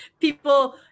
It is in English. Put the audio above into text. people